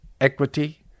equity